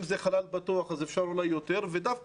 אם זה חלל פתוח אז אפשר אולי יותר ודווקא